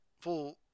full